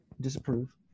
disapprove